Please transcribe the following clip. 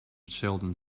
sheldon